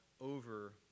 over